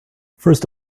first